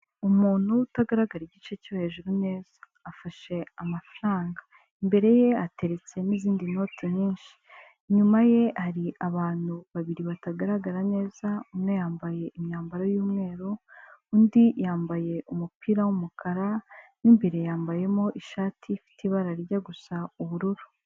Umuntu utagaragara igice cyo hejuru neza afashe amafaranga, imbere ye hateretse n'izindi noti nyinshi, inyuma ye hari abantu babiri batagaragara neza, umwe yambaye imyambaro y'umweru, undi yambaye umupira w'umukara, mo imbere yambayemo ishati ifite ibara rijya gusa ubururu.